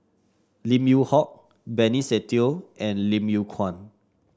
Lim Yew Hock Benny Se Teo and Lim Yew Kuan